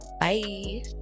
Bye